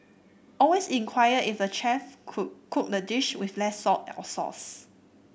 always inquire if the chef cook cook the dish with less salt or sauce